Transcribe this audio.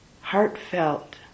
heartfelt